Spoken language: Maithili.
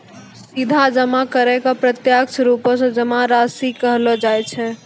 सीधा जमा करै के प्रत्यक्ष रुपो से जमा राशि कहलो जाय छै